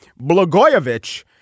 Blagojevich